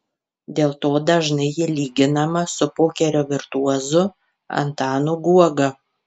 dėl to dažnai ji lyginama su pokerio virtuozu antanu guoga